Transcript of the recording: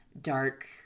dark